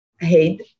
hate